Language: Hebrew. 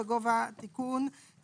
תקנות הבטיחות בעבודה (עבודה בגובה) (תיקון מס' ...),